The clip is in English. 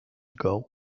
ago